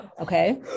okay